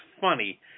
funny